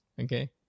okay